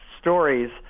stories